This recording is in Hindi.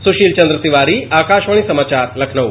सुशील चन्द्र तिवारी आकाशवाणी समाचार लखनऊ